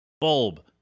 bulb